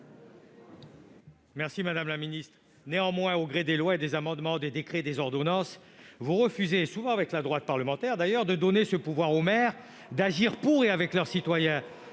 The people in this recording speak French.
Merci, madame la ministre. Néanmoins, au gré des lois, des amendements, des décrets et des ordonnances, vous refusez- souvent avec la droite parlementaire, d'ailleurs-de donner aux maires le pouvoir d'agir pour et avec leurs citoyens